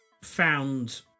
found